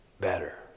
better